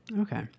Okay